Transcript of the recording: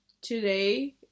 today